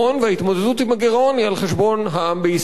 וההתמודדות עם הגירעון היא על חשבון העם בישראל.